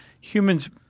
humans